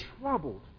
troubled